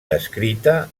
descrita